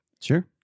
Sure